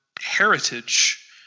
heritage